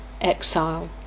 exile